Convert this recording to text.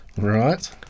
Right